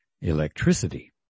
Electricity